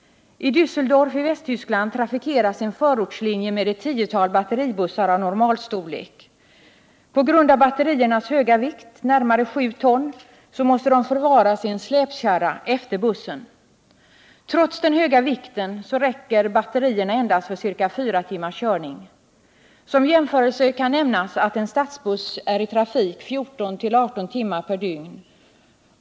I Dässeldorf i Västtyskland trafikeras en förortslinje med ett tiotal batteribussar av normalstorlek. På grund av batteriernas höga vikt, närmare 7 ton, måste de förvaras i en släpkärra efter bussen. Trots den höga vikten räcker batterierna endast för ca 4 timmars körning. Som jämförelse kan nämnas att en stadsbuss är i trafik 14-18 timmar per dygn.